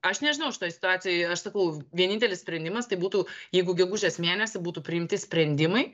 aš nežinau šitoj situacijoj aš sakau vienintelis sprendimas tai būtų jeigu gegužės mėnesį būtų priimti sprendimai